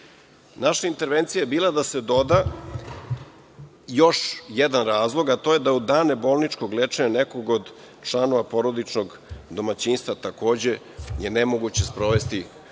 intervencija je bila da se doda još jedan razlog, a to je da u dane bolničkog lečenja nekog od članova porodičnog domaćinstva takođe je nemoguće sprovesti rešenje